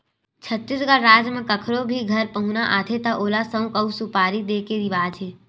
छत्तीसगढ़ राज म कखरो भी घर पहुना आथे त ओला सउफ अउ सुपारी दे के रिवाज हे